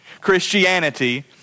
Christianity